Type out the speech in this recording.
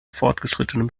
fortgeschrittenem